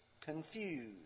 confused